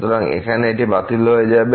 সুতরাং এখানে এটি বাতিল হয়ে যাবে